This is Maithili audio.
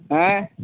आँय